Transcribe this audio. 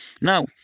Now